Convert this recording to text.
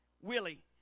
Willie